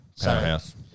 Powerhouse